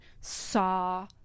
saw